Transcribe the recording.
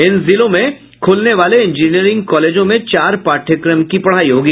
इन जिलों में खुलने वाले इंजीनियरिंग कॉलेजों में चार पाठ्यक्रम की पढ़ाई होगी